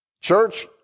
Church